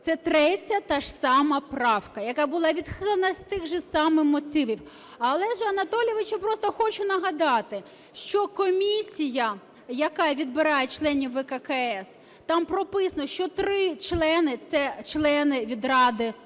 Це третя та ж сама правка, яка була відхилена з тих же самих мотивів. Олегу Анатолійовичу, просто хочу нагадати, що комісія, яка відбирає членів ВККС, там прописано, що 3 члени – це члени від Ради суддів.